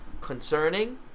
concerning